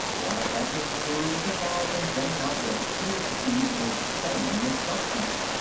while half his crew was involved in getting out what appeared to be insane instructions.